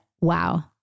wow